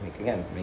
again